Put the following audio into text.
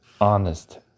honest